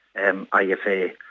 IFA